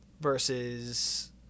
versus